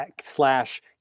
slash